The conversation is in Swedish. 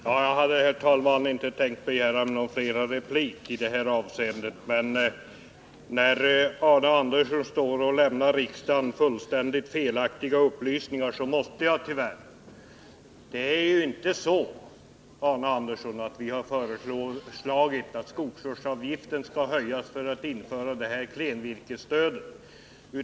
Herr talman! Jag hade inte tänkt begära någon mer replik i det här avseendet, men när Arne Andersson i Ljung lämnar riksdagens ledamöter fullständigt felaktiga upplysningar måste jag göra det. Det är inte så, Arne Andersson, att vi har föreslagit att skogsvårdsavgiften skall höjas för att vi skall kunna införa klenvirkesstödet.